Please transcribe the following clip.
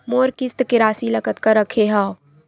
मोर किस्त के राशि ल कतका रखे हाव?